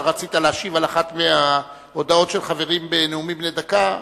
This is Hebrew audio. רצית להשיב על אחת ההודעות של החברים בנאומים בני דקה?